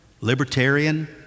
libertarian